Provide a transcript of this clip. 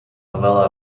novella